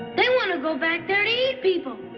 they want to go back there to eat people.